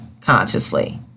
consciously